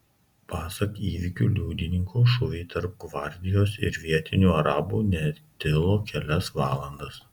pasak įvykių liudininko šūviai tarp gvardijos ir vietinių arabų netilo kelias valandas